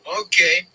Okay